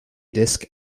disc